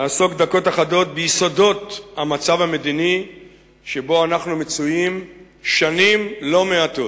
לעסוק דקות אחדות ביסודות המצב המדיני שבו אנחנו מצויים שנים לא מעטות.